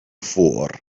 for